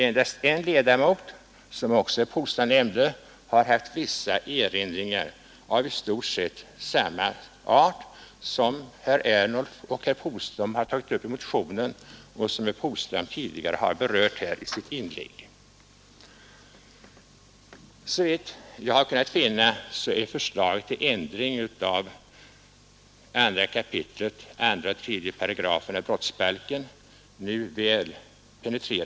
Endast en ledamot har haft vissa erinringar av i stort sett samma art som herrar Ernulf och Polstam tagit upp i sin motion. Det berörde också herr Polstam i sitt tidigare inlägg. Såvitt jag kan finna är förslaget till ändring av 2 kap. 2 och 3 §§ brottsbalken nu väl penetrerat.